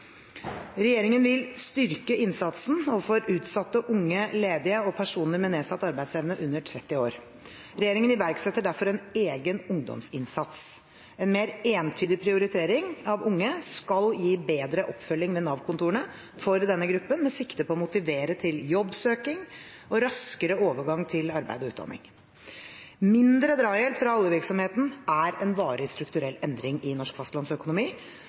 Regjeringen vil styrke innsatsen overfor utsatte unge ledige og personer med nedsatt arbeidsevne under 30 år. Regjeringen iverksetter derfor en egen ungdomsinnsats. En mer entydig prioritering av unge skal gi bedre oppfølging ved Nav-kontorene for denne gruppen, med sikte på å motivere til jobbsøking og raskere overgang til arbeid og utdanning. Mindre drahjelp fra oljevirksomheten er en varig, strukturell endring i norsk fastlandsøkonomi,